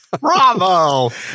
Bravo